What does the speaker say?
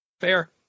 Fair